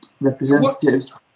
representatives